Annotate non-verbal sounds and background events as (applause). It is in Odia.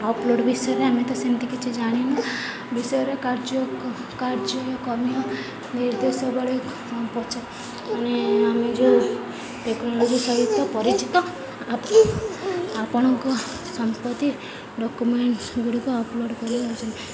ଅପଲୋଡ଼୍ ବିଷୟରେ ଆମେ ତ ସେମିତି କିଛି ଜାଣିନୁ ବିଷୟରେ କାର୍ଯ୍ୟ କାର୍ଯ୍ୟକ୍ରମୀୟ (unintelligible) ମାନେ ଆମେ ଯେଉଁ ଟେକ୍ନୋଲୋଜି ସହିତ ପରିଚିତ ଆପଣଙ୍କ ସମ୍ପତ୍ତି ଡ଼କ୍ୟୁମେଣ୍ଟସ୍ଗୁଡ଼ିକ ଅପଲୋଡ଼୍ କରାଯାଉଛି